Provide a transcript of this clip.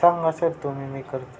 सांगा सर तुम्ही मी करतो